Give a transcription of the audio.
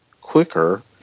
quicker